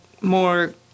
more